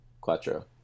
quattro